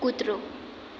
કૂતરો